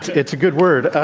it's a good word.